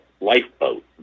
lifeboat